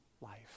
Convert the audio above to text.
life